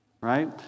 Right